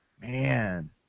man